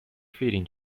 feeding